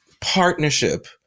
partnership